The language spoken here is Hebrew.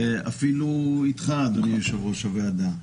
אפילו איתך, אדוני יושב-ראש הוועדה.